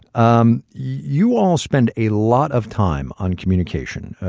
um you all spend a lot of time on communication.